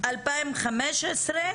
למבת"ן מ-2015.